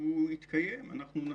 כשהוא יתקיים נציג,